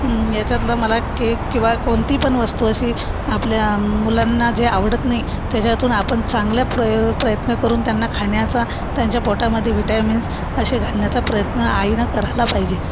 याच्यातलं मला केक किंवा कोणती पण वस्तू अशी आपल्या मुलांना जे आवडत नाही त्याच्यातून आपण चांगला प्रय प्रयत्न करून त्यांना खाण्याचा त्यांच्या पोटामध्ये व्हिटॅमिन्स असे घालण्याचा प्रयत्न आईनं करायला पाहिजे